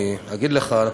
אגיד לך: